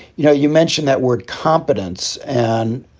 you know, you mentioned that word competence. and,